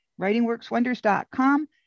writingworkswonders.com